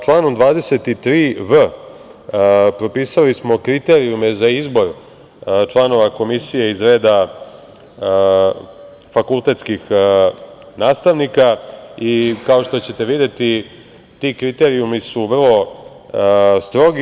Članom 23v propisali smo kriterijume za izbor članova komisije iz reda fakultetskih nastavnika i, kao što ćete videti, ti kriterijumi su vrlo strogi.